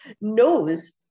knows